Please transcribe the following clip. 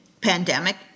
pandemic